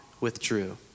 withdrew